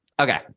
okay